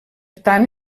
tant